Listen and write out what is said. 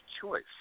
choice